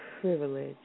privilege